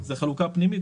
זו חלוקה פנימית,